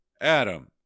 Adam